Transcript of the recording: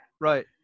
Right